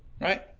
right